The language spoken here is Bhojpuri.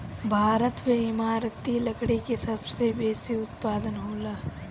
भारत में इमारती लकड़ी के सबसे बेसी उत्पादन होला